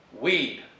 weed